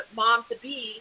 mom-to-be